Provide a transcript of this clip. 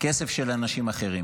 כסף של אנשים אחרים.